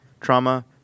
trauma